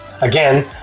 Again